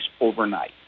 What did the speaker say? overnight